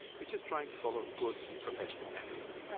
they're just trying to follow good professional ethics.